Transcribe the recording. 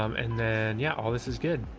um and then, yeah, all this is good.